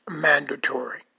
mandatory